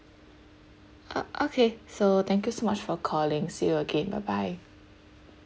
uh okay so thank you so much for calling see you again bye bye